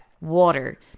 water